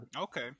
Okay